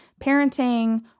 parenting